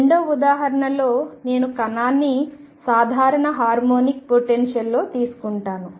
రెండవ ఉదాహరణలో నేను కణాన్ని సాధారణ హార్మోనిక్ పొటెన్షియల్లో తీసుకుంటాను